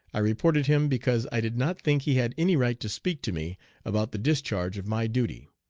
i reported him because i did not think he had any right to speak to me about the discharge of my duty,